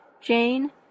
Jane